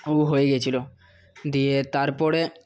ও হয়ে গেছিলো দিয়ে তারপরে